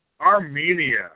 Armenia